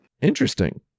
interesting